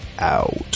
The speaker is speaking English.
out